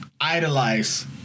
idolize